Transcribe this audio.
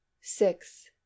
six